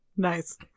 Nice